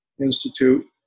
institute